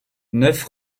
neuf